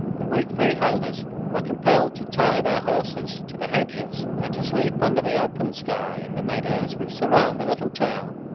the whig freeholders were compelled to tie their horses to the hedges, and to sleep under the open sky in the meadows which surround the little town.